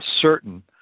certain